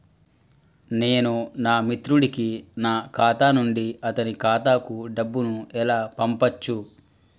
నేను నా మిత్రుడి కి నా ఖాతా నుండి అతని ఖాతా కు డబ్బు ను ఎలా పంపచ్చు?